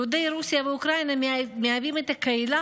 יהודי רוסיה ואוקראינה מהווים את הקהילה